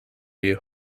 you